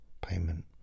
payment